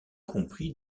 compris